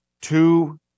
two